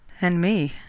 and me,